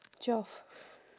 twelve